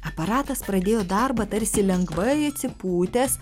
aparatas pradėjo darbą tarsi lengvai atsipūtęs